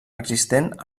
existent